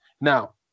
Now